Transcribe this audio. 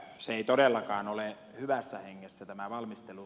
se ei todellakaan ole hyvässä hengessä sujunut